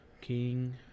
King